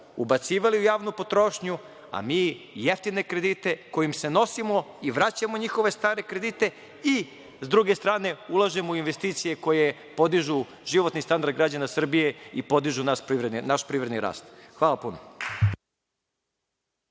ubacivali u javnu potrošnju, a mi jeftine kredite kojim se nosimo i vraćamo njihove stare kredite i sa druge strane, ulažemo u investicije koje podižu životni standard građana Srbije i podižu naš privredni rast. Hvala puno.